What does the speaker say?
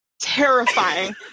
terrifying